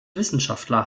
wissenschaftler